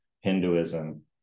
Hinduism